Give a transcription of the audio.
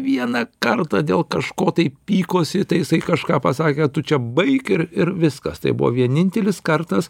vieną kartą dėl kažko tai pykosi tai jisai kažką pasakė tu čia baik ir ir viskas tai buvo vienintelis kartas